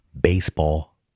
baseball